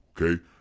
okay